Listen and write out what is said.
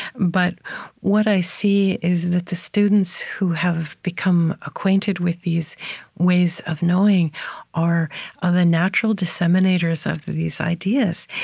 but what i see is that the students who have become acquainted with these ways of knowing are are the natural disseminators of these ideas.